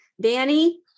Danny